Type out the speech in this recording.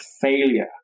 failure